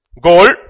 Gold